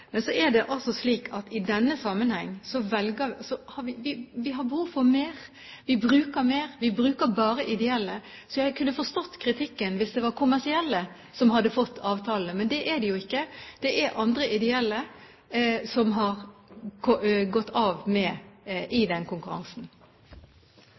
Men så er det slik at i denne sammenheng har vi behov for mer. Vi bruker mer, og vi bruker bare ideelle. Jeg kunne forstått kritikken hvis det var kommersielle som hadde fått avtalene, men det er det ikke. Det er andre ideelle som har blitt med i